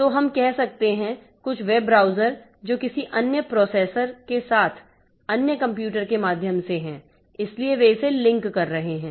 तो हम कह सकते हैं कुछ वेब ब्राउज़र जो किसी अन्य प्रोसेसर के साथ अन्य कंप्यूटर के माध्यम से हैं इसलिए वे इसे लिंक कर रहे हैं